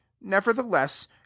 nevertheless